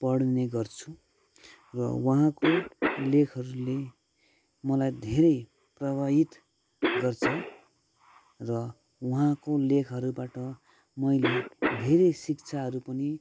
पढ्ने गर्छु र उहाँको लेखहरूले मलाई धेरै प्रभावित गर्छ र उहाँको लेखहरूबाट मैले धेरै शिक्षाहरू पनि